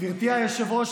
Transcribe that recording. גברתי היושבת-ראש,